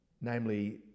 namely